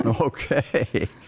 Okay